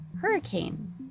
hurricane